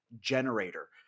generator